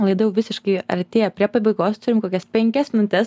laida jau visiškai artėja prie pabaigos turimekokias penkias minutes